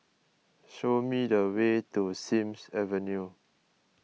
show me the way to Sims Avenue